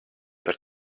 par